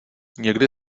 někdy